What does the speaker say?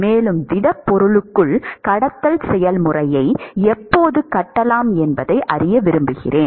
மேலும் திடப்பொருளுக்குள் கடத்தல் செயல்முறையை எப்போது கட்டலாம் என்பதை அறிய விரும்புகிறேன்